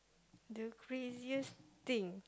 the craziest thing